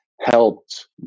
helped